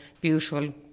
beautiful